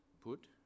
Put